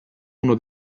uno